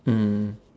mm